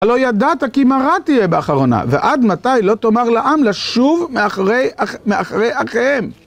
הלא ידעת כי מרה תהיה באחרונה ועד מתי לא תאמר לעם לשוב מאחרי אחריהם